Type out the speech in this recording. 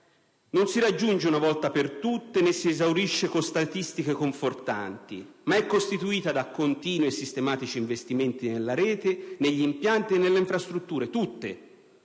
non si raggiunge una volta per tutte, né si esaurisce con statistiche confortanti, ma è costituita da continui e sistematici investimenti nella rete, negli impianti e nelle infrastrutture tutte,